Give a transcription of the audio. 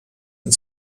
and